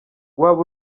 waba